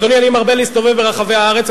אדוני, אני מרבה להסתובב ברחבי הארץ.